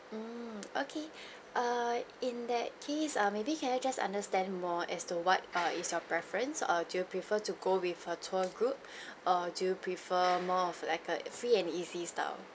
mm okay err in that case err maybe can I just understand more as to what err is your preference or do you prefer to go with a tour group or do you prefer more of like a free and easy style